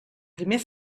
primer